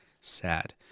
sad